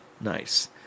Nice